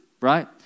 Right